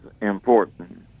important